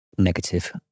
negative